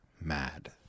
mad